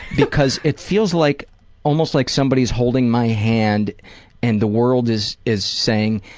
because it feels like almost like somebody's holding my hand and the world is is saying,